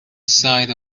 sight